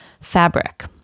fabric